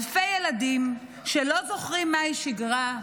אלפי ילדים לא זוכרים מהי שגרה,